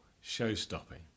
show-stopping